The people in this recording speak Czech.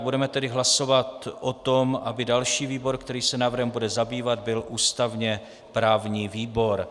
Budeme tedy hlasovat o tom, aby další výbor, který se návrhem bude zabývat, byl ústavněprávní výbor.